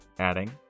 adding